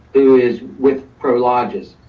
who is with prologis.